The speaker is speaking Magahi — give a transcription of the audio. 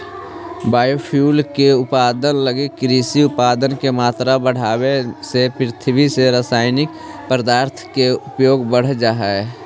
बायोफ्यूल के उत्पादन लगी कृषि उत्पाद के मात्रा बढ़ावे से पृथ्वी में रसायनिक पदार्थ के प्रयोग बढ़ जा हई